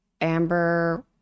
Amber